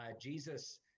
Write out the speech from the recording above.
Jesus